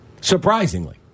Surprisingly